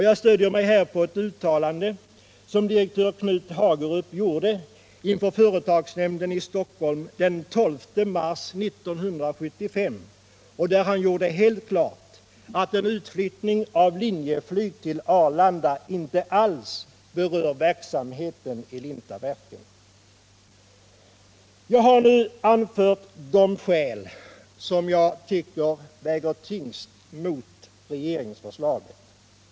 Jag stöder mig här på ett uttalande som direktör Knut Hagrup gjorde inför företagsnämnden i Stockholm den 12 mars 1975 där han gjorde helt klart att en utflyttning av Linjeflyg till Arlanda inte alls berör verksamheten vid Lintaverken. Jag har nu anfört de skäl som jag tycker väger tyngst mot regeringsförslaget.